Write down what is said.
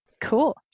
Cool